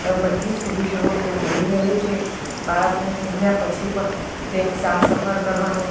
બધી જ સુવિધાઓ ત્યાં મળી રહે છે બાળકના જન્મ્યા પછી પણ તેની સારસંભાળ કરવાનું